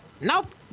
Nope